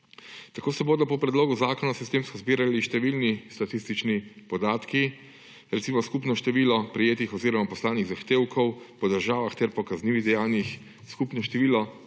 Tako se bodo po predlogu zakona sistemsko zbirali številni statistični podatki. Recimo skupno število prejetih oziroma poslanih zahtevkov po državah ter po kaznivih dejanjih, skupno število